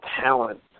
talent